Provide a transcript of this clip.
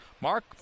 Mark